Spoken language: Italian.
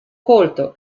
colto